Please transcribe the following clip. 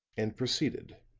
and proceeded